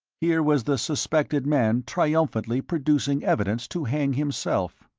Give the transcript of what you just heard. here was the suspected man triumphantly producing evidence to hang himself.